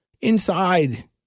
inside